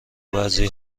بعضی